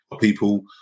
people